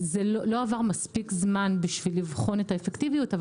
לא עבר מספיק זמן בשביל לבחון את האפקטיביות,